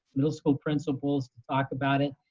middle school principals to talk about it.